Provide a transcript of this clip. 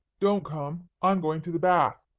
don't come. i'm going to the bath.